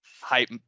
hype